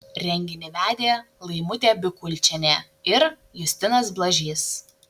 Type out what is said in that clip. renginį vedė laimutė bikulčienė ir justinas blažys